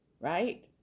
right